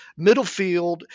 Middlefield